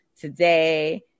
today